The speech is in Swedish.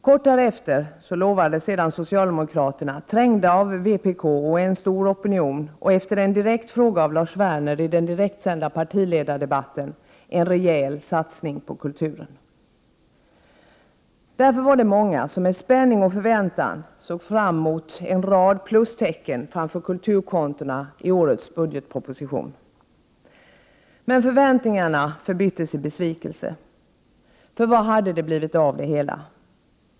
Kort därefter lovade sedan socialdemokraterna, trängda av vpk och en stor opinion och efter en direkt fråga av Lars Werner i den direktsända partiledardebatten, en rejäl satsning på kulturen. Därför var det många som med spänning och förväntan såg fram mot en rad plustecken framför kulturkontona i årets budgetproposition. Men förväntningarna förbyttes i besvikelse. För vad hade det blivit av det hela?